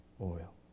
oil